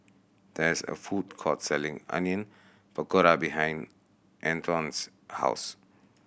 there is a food court selling Onion Pakora behind Antone's house